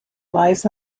lies